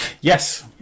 Yes